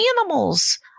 animals